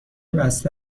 بسته